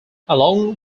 along